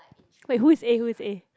wait who is A who is A